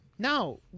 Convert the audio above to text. No